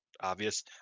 obvious